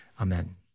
Amen